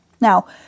Now